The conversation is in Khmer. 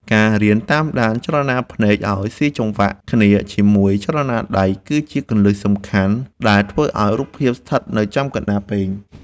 ការរៀនតាមដានចលនាភ្នែកឱ្យស៊ីចង្វាក់គ្នាជាមួយចលនាដៃ គឺជាគន្លឹះសំខាន់ដែលធ្វើឱ្យរូបភាពស្ថិតនៅចំកណ្តាលពែង។